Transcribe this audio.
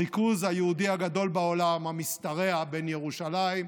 הריכוז היהודי הגדול בעולם, המשתרע בין ירושלים,